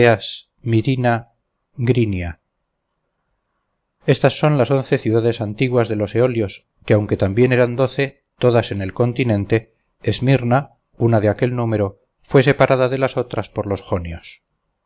egeas mirina grinia estas son las once ciudades antiguas de los eolios pues aunque también eran doce todas en el continente esmirna una de aquel número fue separada de las otras por los jonios